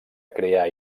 crear